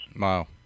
Wow